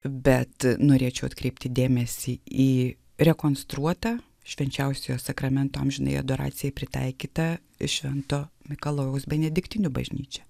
bet norėčiau atkreipti dėmesį į rekonstruotą švenčiausiojo sakramento amžinai adoracija pritaikytą ir švento mikalojaus benediktinių bažnyčią